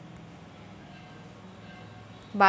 बाजारात माल कसा विकाले पायजे?